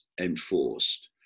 enforced